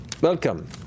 Welcome